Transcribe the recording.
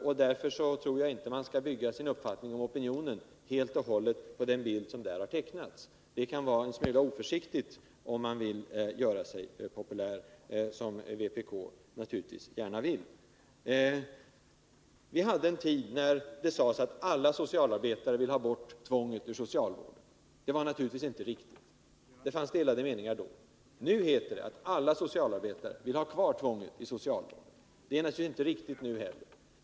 Jag tror således inte att man skall utgå från att opinionen helt och hållet sammanfaller med vad som har redovisats i Dagens Nyheter. Det kan vara en smula oförsiktigt att hävda det om man, som vpk, gärna vill göra sig populär. Det fanns en tid då det sades att alla socialarbetare ville ha bort tvånget ur socialvården. Det var naturligtvis inte riktigt, utan meningarna var delade. Nu heter det att alla socialarbetare vill ha kvar tvånget inom socialvården, och det är naturligtvis inte heller rätt.